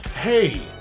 Hey